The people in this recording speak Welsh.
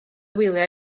wyliau